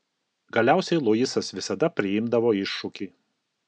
galiausiai luisas visada priimdavo iššūkį